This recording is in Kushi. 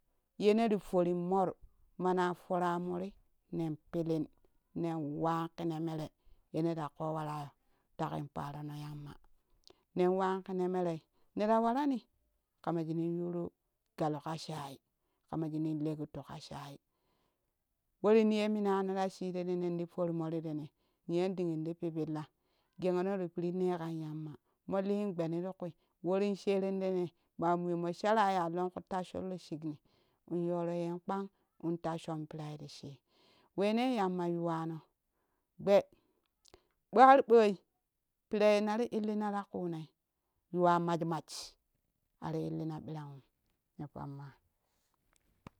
Yeneti foorin mor mana tooraa morii nen pilin nen wan kene mere ye ne ra ƙo wara takin paarono yamma nen wan ƙene merei nera warani ƙamashunun yuru galo ƙaa shai ka ma shunun leguntu ƙa shai warin ye minano rashi rennen ne nen ti formori rene niyon dingin ti pipilla gehono ti perre kan yamma moliin gbeeni ti kui worin sherendene ma muyonmo shara ya lonku tassho loo chikni in yoroo yen kpan in tashon pirai ti shii wene yamma yuwano gbee gbee arɓoi piraye nari illina ra kuu nei yuwa macmac ari illina ɓiranghum ne pamma